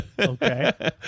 Okay